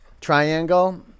triangle